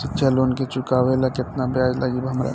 शिक्षा लोन के चुकावेला केतना ब्याज लागि हमरा?